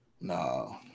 No